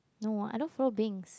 no I don't follow Bings